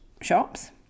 shops